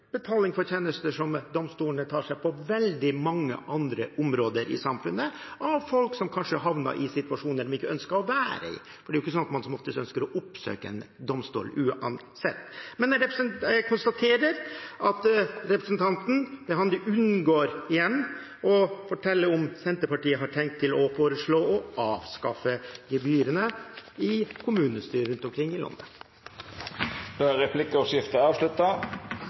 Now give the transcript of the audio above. betaling for en tjeneste som ytes helt konkret, som representanten er klar over. Domstolene tar seg betalt for tjenester på veldig mange andre områder i samfunnet, av folk som kanskje har havnet i situasjoner de ikke ønsker å være i, for man ønsker som oftest ikke å oppsøke en domstol, uansett. Jeg konstaterer at representanten unngår – igjen – å fortelle om Senterpartiet har tenkt å foreslå å avskaffe de gebyrene i kommunestyrene rundt omkring i landet. Replikkordskiftet er